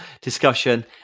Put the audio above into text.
discussion